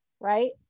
right